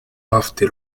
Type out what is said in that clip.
lofty